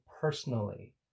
personally